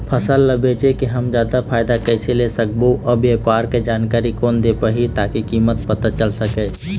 फसल ला बेचे के हम जादा फायदा कैसे ले सकबो अउ व्यापार के जानकारी कोन दे पाही ताकि कीमत पता चल सके?